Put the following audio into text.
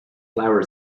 flower